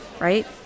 Right